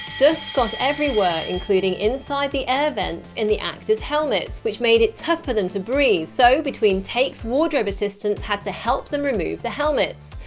dust got everywhere including inside the air vents in the actors' helmets, which made it tough for them to breathe, so between takes wardrobe assistants had to help them remove the helmets.